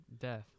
Death